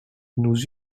nous